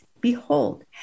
Behold